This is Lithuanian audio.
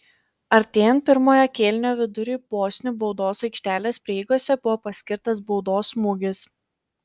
artėjant pirmojo kėlinio viduriui bosnių baudos aikštelės prieigose buvo paskirtas baudos smūgis